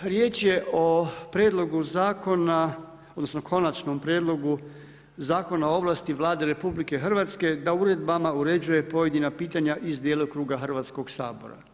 Riječ je o Prijedlogu Zakona odnosno Konačnom prijedlogu Zakona o ovlasti Vlade RH da uredbama uređuje pojedina pitanja iz djelokruga Hrvatskog sabora.